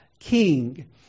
king